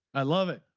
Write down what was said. i love it.